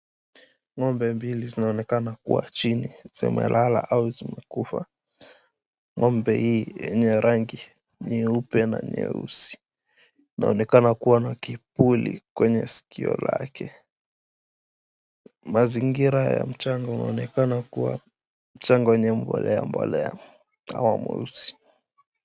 Ng'ombe mbili zinaonekana kuwa chini zimelala au zimekufa. Ng'ombe hii yenye rangi nyeupe na nyeusi inaonekana kuwa na kipuli kwenye sikio lake. Mazingira ya mchanga unaonekana kuwa mchanga wenye mbolea mbolea au mweusi.